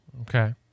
Okay